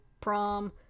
prom